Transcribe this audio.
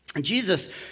Jesus